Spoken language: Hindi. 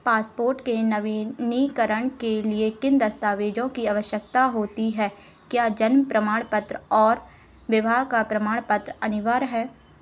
पासपोर्ट के नवीनीकरण के लिए किन दस्तावेज़ों की आवश्यकता होती है क्या जन्म प्रमाण पत्र और विवाह का प्रमाण पत्र अनिवार्य हैं